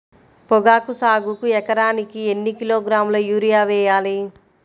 పొగాకు సాగుకు ఎకరానికి ఎన్ని కిలోగ్రాముల యూరియా వేయాలి?